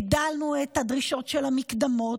הגדלנו את הדרישות של המקדמות,